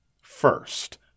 first